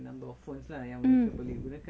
mm mm